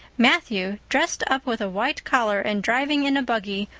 matthew, dressed up with a white collar and driving in a buggy,